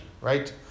right